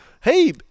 hey